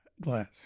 glass